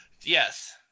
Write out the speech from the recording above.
Yes